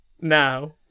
now